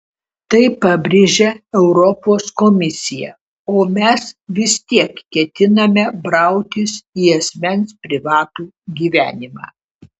tai pabrėžia europos komisija o mes vis tiek ketiname brautis į asmens privatų gyvenimą